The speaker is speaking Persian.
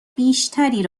بیشتری